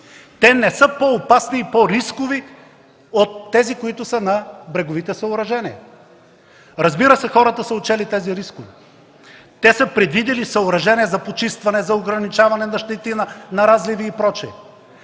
Те не са по-опасни и по-рискови от тези, които са на бреговите съоръжения. Разбира се, хората са отчели тези рискове. Те са предвидели съоръжения за почистване, за ограничаване на щети, на разливи и прочие.